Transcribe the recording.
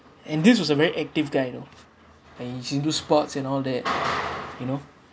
and this was a very active guy you know and he's into sports and all that you know